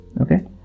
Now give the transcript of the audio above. Okay